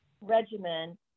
regimen